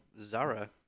Zara